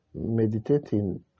meditating